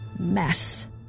mess